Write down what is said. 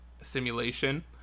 simulation